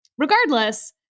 Regardless